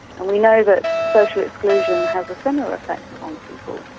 and we know that social exclusion has a similar effect on people.